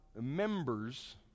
members